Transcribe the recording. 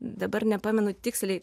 dabar nepamenu tiksliai